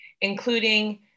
including